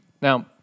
Now